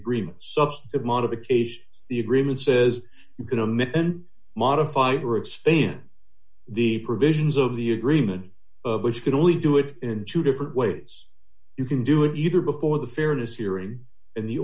agreement substantive modifications the agreement says you can a minute and modify or expand the provisions of the agreement but you can only do it in two different ways you can do it either before the fairness hearing in the